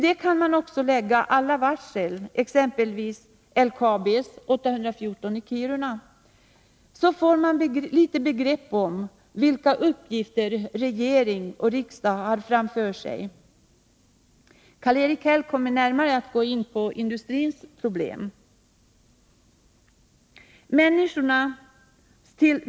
Om man till detta lägger alla som blivit varslade om uppsägning — 814 anställda vid LKAB i Kiruna exempelvis — så får man ett begrepp om vilka uppgifter regering och riksdag har framför sig. Karl-Erik Häll kommer i sitt inlägg att närmare ta upp industrins problem.